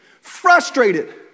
frustrated